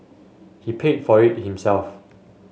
he paid for it himself